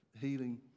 healing